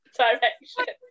direction